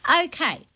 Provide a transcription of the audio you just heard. Okay